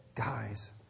Guys